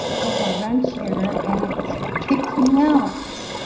give a wrench here and it's kicked me out